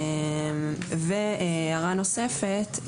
הערה נוספת,